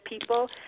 people